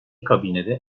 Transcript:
kabinede